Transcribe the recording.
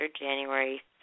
January